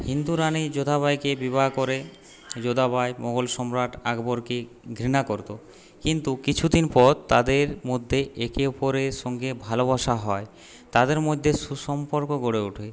হিন্দু রানি যোধা বাঈকে বিবাহ করে যোধা বাই মুঘল সম্রাট আকবরকে ঘৃণা করত কিন্তু কিছুদিন পর তাদের মধ্যে একে অপরের সঙ্গে ভালোবাসা হয় তাদের মধ্যে সুসম্পর্ক গড়ে ওঠে